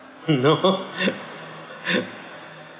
no